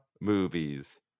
movies